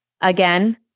again